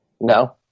No